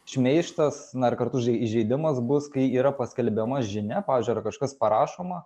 šmeižtas na ir kartu įž įžeidimas bus kai yra paskelbiama žinia pavyzdžiui yra kažkas parašoma